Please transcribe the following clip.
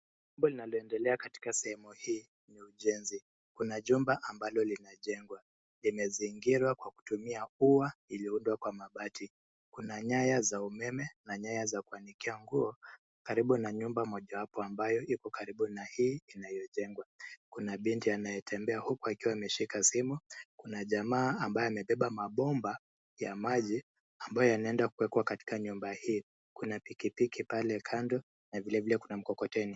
Jambo linaloendelea katika sehemu hii ni ujenzi. Kuna jumba ambalo linajengwa, limezingirwa kwa kutumia ua iliundwa kwa mabati. Kuna nyaya za umeme na nyayo za kuandikia nguo, karibu na nyumba mojawapo ambayo iko karibu na hii inayojengwa. Kuna binti anayetembea huku akiwa ameshika simu, kuna jamaa ambaye amebeba mabomba ya maji ambayo yanaenda kuwekwa katika nyumba hii, kuna pikipiki pale kando, na vile vile kuna mkokoteni.